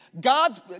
God's